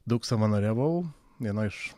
daug savanoriavau vienoj iš